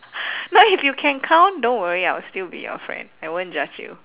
now if you can count don't worry I'll still be your friend I won't judge you